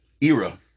era